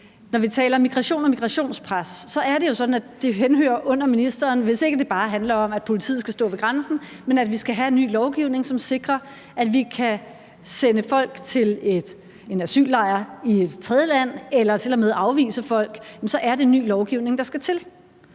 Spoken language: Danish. Når vi taler migration og migrationspres, er det jo sådan, at det henhører under ministeren, hvis ikke det bare handler om, at politiet skal stå ved grænsen, men hvis vi skal have en ny lovgivning, som sikrer, at vi kan sende folk til en asyllejr i et tredjeland eller til og med afvise folk, så er det ny lovgivning, der skal til.